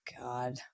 god